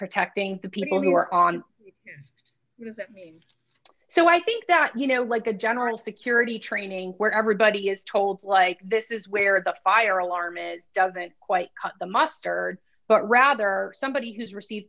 protecting the people who are on because that means so i think that you know like a general security training where everybody is told like this is where the fire alarm is doesn't quite cut the mustard but rather somebody who's recei